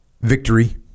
victory